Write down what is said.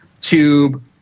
tube